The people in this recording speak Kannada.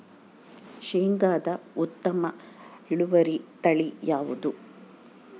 ಶೇಂಗಾದ ಉತ್ತಮ ಇಳುವರಿ ತಳಿ ಯಾವುದು?